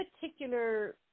particular